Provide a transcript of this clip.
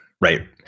Right